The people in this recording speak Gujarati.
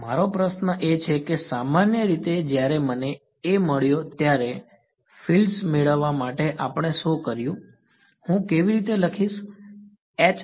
મારો પ્રશ્ન એ છે કે સામાન્ય રીતે જ્યારે મને A મળ્યો ત્યારે ફીલ્ડ્સ મેળવવા માટે આપણે શું કર્યું હું કેવી રીતે લખીશ બરાબર